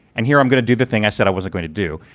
and here i'm going to do the thing i said i was going to do.